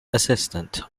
assistant